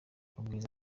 ubwiza